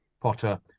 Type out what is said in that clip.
Potter